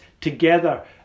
together